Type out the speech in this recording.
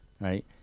Right